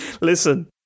Listen